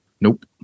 nope